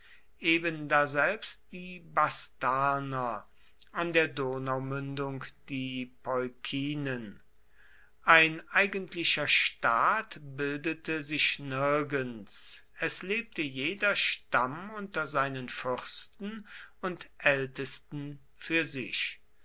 ebendaselbst die bastarner an der donaumündung die peukinen ein eigentlicher staat bildete sich nirgends es lebte jeder stamm unter seinen fürsten und ältesten für sich